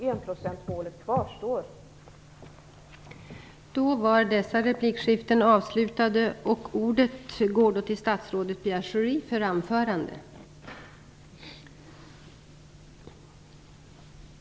Det målet kvarstår självfallet.